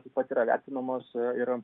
taip pat yra vertinamos ir